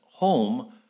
home